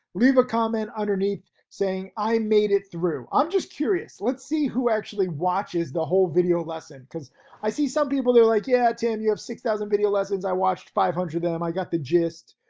leave a comment underneath saying i made it through. i'm just curious let's see who actually watches the whole video lesson. cause i see some people that are like yeah, tim, you have six thousand video lessons i watched five hundred of them i got the gist.